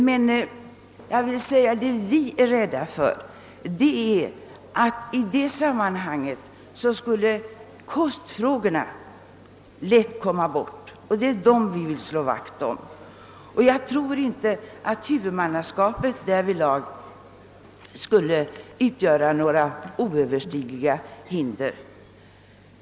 Men det vi är rädda för är att kostfrågorna i så fall skulle tappas bort; det är alltså dem vi vill slå vakt om. Jag tror inte att huvudmannaskapet därvidlag kommer att utgöra några oöverstigliga hinder.